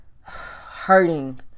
hurting